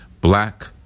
black